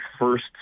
first